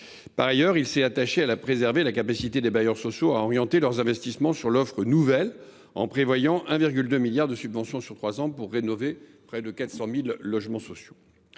Par ailleurs, nous avons veillé à préserver la capacité des bailleurs sociaux à orienter leurs investissements sur l’offre nouvelle, en accordant 1,2 milliard d’euros de subventions sur trois ans pour rénover près de 400 000 logements sociaux.